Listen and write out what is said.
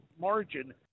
margin